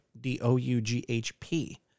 d-o-u-g-h-p